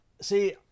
See